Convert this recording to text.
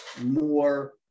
more